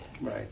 Right